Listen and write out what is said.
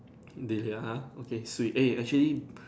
they are okay swee eh actually